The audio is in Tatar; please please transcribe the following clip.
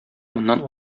моннан